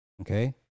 Okay